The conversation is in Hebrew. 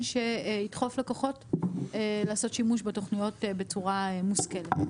שידחוף לקוחות לעשות שימוש בתוכניות בצורה מושכלת.